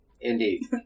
Indeed